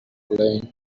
blame